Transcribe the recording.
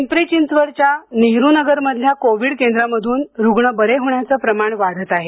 पिंपरी चिंचवडच्या नेहरू नगरमधल्या कोविड केंद्रामध्रन रुग्ण बरे होण्याचं प्रमाण वाढत आहे